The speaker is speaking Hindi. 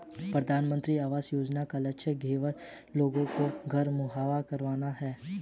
प्रधानमंत्री आवास योजना का लक्ष्य बेघर लोगों को घर मुहैया कराना है